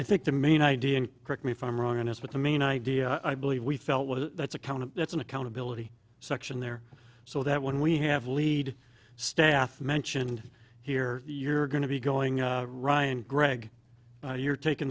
i think the main idea and correct me if i'm wrong on this but the main idea i believe we felt well that's a count that's an accountability section there so that when we have lead staff mentioned here you're going to be going ryan greg you're taking